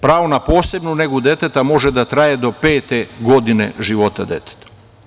Pravo na posebnu negu deteta može da traje do pete godine života deteta.